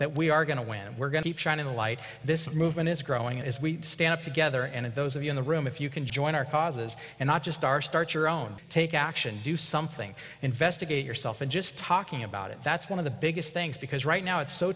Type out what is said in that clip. that we are going to win and we're going to shine a light this movement is growing as we stand up together and those of you in the room if you can join our causes and not just our start your own take action do something investigate yourself and just talking about it that's one of the biggest things because right now it's so